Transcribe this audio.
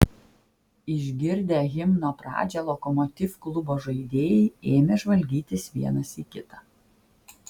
išgirdę himno pradžią lokomotiv klubo žaidėjai ėmė žvalgytis vienas į kitą